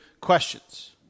questions